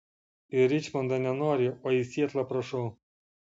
į ričmondą nenori o į sietlą prašau